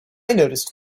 noticed